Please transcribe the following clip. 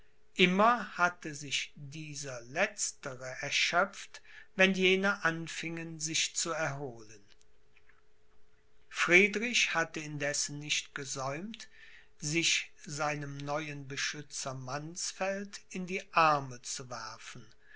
immer hatte sich dieser letztere erschöpft wenn jene anfingen sich zu erholen friedrich hatte indessen nicht gesäumt sich seinem neuen beschützer mannsfeld in die arme zu werfen